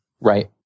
Right